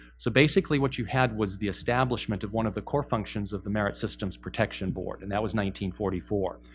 so basically what you had was the establishment of one of the core functions of the merit systems protection board, and that was forty four.